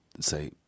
Say